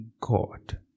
God